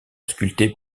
sculpté